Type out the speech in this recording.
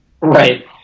Right